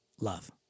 love